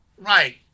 right